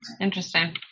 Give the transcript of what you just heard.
Interesting